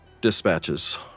Dispatches